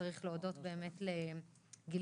צריך להודות באמת לגילית,